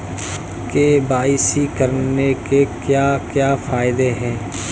KYC करने के क्या क्या फायदे हैं?